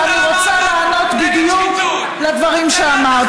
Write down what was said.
ואני רוצה לענות בדיוק על הדברים שאמרת,